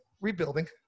rebuilding